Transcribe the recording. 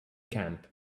camp